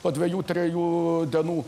po dvejų trijų dienų